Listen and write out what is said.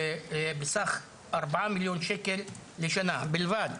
בסך 4 מיליון שקל בשנה בלבד,